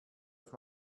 auf